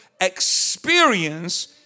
experience